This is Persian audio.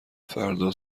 فردا